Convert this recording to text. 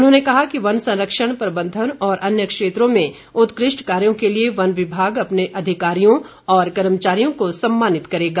उन्होंने कहा कि वन संरक्षण प्रबंधन और अन्य क्षेत्रों में उत्कृष्ट कार्यों के लिए वन विभाग अपने अधिकारियों और कर्मचारियों को सम्मानित करेगा